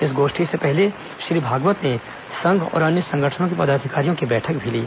इस गोष्ठी से पहले श्री भागवत ने संघ और अन्य संगठनों के पदाधिकारियों की बैठक भी ली